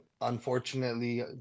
unfortunately